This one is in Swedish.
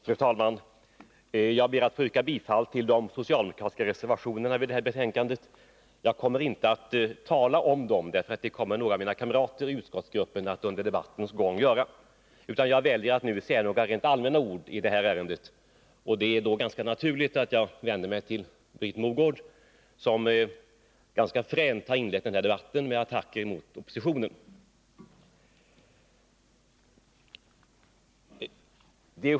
Fru talman! Jag ber att få yrka bifall till de socialdemokratiska reservationerna i detta betänkande. Jag kommer inte att motivera dem, det gör några av mina kamrater i utskottsgruppen. Jag väljer att nu säga några allmänna ord i detta ärende. Det är då ganska naturligt att jag vänder mig till Britt Mogård, som ganska fränt inlett debatten med attacker mot oppositionen.